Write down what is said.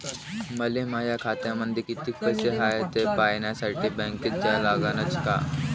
मले माया खात्यामंदी कितीक पैसा हाय थे पायन्यासाठी बँकेत जा लागनच का?